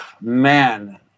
man